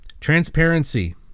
transparency